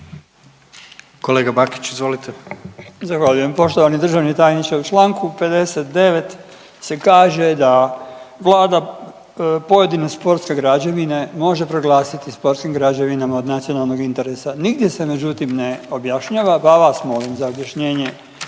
Damir (Možemo!)** Zahvaljujem. Poštovani državni tajniče u članku 59. se kaže da Vlada pojedine sportske građevine može proglasiti sportskim građevinama od nacionalnog interesa. Nigdje se međutim ne objašnjava, pa vas molim za objašnjenje